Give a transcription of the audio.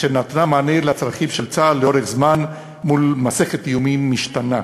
אשר נתנה מענה לצרכים של צה"ל לאורך זמן מול מסכת איומים משתנה,